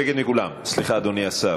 חוק ומשפט להכנה לקריאה שנייה ושלישית.